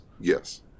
Yes